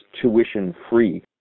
tuition-free